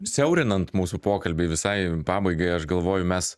siaurinant mūsų pokalbį visai pabaigai aš galvoju mes